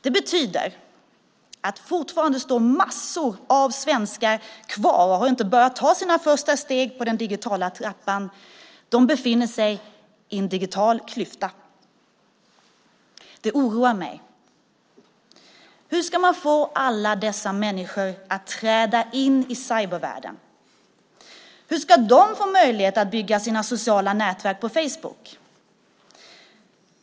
Det betyder att fortfarande står massor av svenskar kvar och har inte börjat ta sina första steg på den digitala trappan. De befinner sig i en digital klyfta. Det oroar mig. Hur ska man få alla dessa människor att träda in i cybervärlden? Hur ska de få möjlighet att bygga sina sociala nätverk på Facebook?